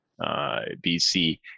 BC